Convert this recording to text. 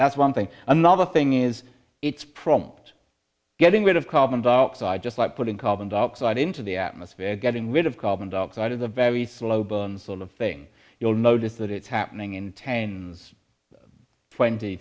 that's one thing another thing is it's prompt getting rid of carbon dioxide just like putting carbon dioxide into the atmosphere getting rid of carbon dioxide is a very slow burn sort of thing you'll notice that it's happening in tains twenty